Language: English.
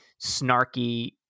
snarky